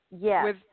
Yes